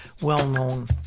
well-known